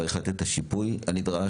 צריך לתת את השיפוי הנדרש,